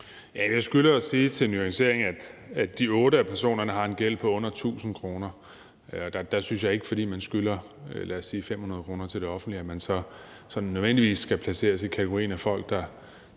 sige af hensyn til nuanceringen, at de otte af personerne har en gæld på under 1.000 kr., og der synes jeg ikke, at man, fordi man skylder, lad os sige 500 kr. til det offentlige, sådan nødvendigvis skal placeres i kategorien af folk, der